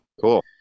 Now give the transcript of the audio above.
cool